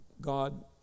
God